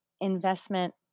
investment